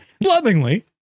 Lovingly